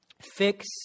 fix